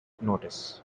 notice